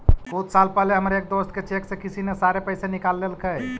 कुछ साल पहले हमर एक दोस्त के चेक से किसी ने सारे पैसे निकाल लेलकइ